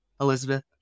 Elizabeth